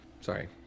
sorry